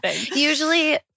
Usually